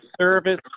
Service